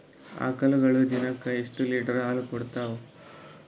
ಆಕಳುಗೊಳು ದಿನಕ್ಕ ಎಷ್ಟ ಲೀಟರ್ ಹಾಲ ಕುಡತಾವ?